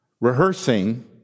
rehearsing